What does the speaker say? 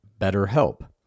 BetterHelp